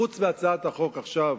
חוץ מהצעת החוק עכשיו,